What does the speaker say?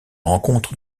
rencontre